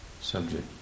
subject